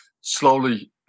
slowly